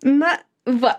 na va